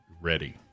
Ready